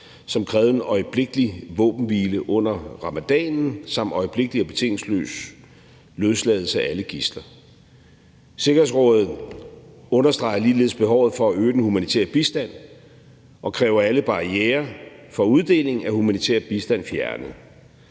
som krævede en øjeblikkelig våbenhvile under ramadanen samt en øjeblikkelig og betingelsesløs løsladelse af alle gidsler. Sikkerhedsrådet understreger ligeledes behovet for at øge den humanitære bistand og kræver alle barrierer for uddeling af humanitær bistand fjernet.